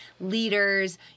leaders